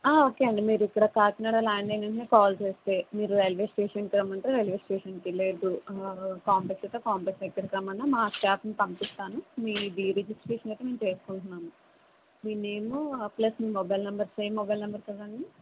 okay అండి మీరు ఇక్కడ కాకినాడ ల్యాండ్ అయిన వెంటనే కాల్ చేస్తే మీరు రైల్వే స్టేషన్కి రమ్మంటే రైల్వే స్టేషన్కి లేదు కాంప్లెక్స్ అయితే కాంప్లెక్స్ ఎక్కడికి రమ్మన్నా మా స్టాఫ్ను పంపిస్తాను మీ రిజిస్ట్రేషన్ నేను చేసుకుంటున్నాను మీ నేమ్ ప్లస్ మీ mobile number same mobile number కదండి